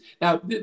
Now